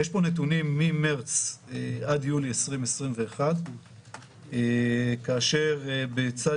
יש פה נתונים ממרץ עד יוני 2021. בצד